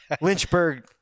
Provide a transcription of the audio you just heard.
Lynchburg